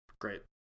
Great